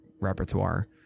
repertoire